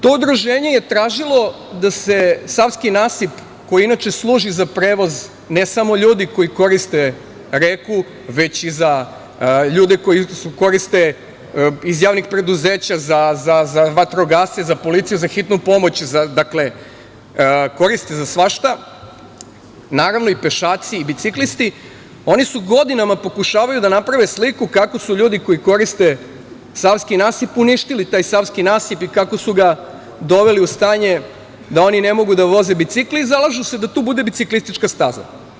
To udruženje je tražilo da se savski nasip koji inače služi za prevoz ne samo ljudi koji koriste reku, već i za ljude iz javnih preduzeća, za vatrogasce, za policiju, za hitnu pomoć, dakle koriste za svašta, naravno i pešaci i biciklisti, oni godinama pokušavaju da naprave sliku kako su ljudi koji koriste savski nasip uništili taj savski nasip i kako su ga doveli u stanje da oni ne mogu da voze bicikle i zalažu se da tu bude biciklistička staza.